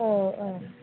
औ औ